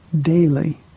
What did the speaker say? daily